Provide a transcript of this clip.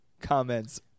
comments